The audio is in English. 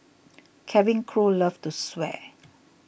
cabin crew love to swear